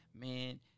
man